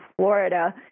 Florida